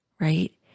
right